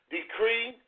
decree